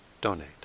donate